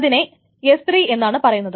അതിനെ S3 എന്നാണ് പറയുന്നത്